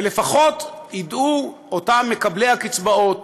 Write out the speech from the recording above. לפחות אותם מקבלי הקצבאות